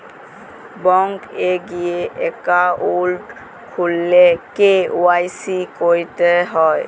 bank এ গিয়ে account খুললে কে.ওয়াই.সি ক্যরতে হ্যয়